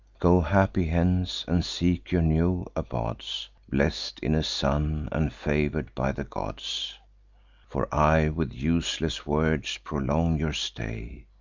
go happy hence, and seek your new abodes, blest in a son, and favor'd by the gods for i with useless words prolong your stay,